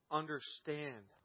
understand